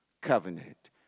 covenant